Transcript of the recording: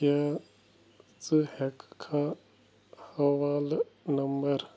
کیٛاہ ژٕ ہٮ۪کھا حوالہٕ نمبَر